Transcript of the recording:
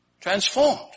transformed